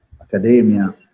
academia